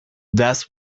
that’s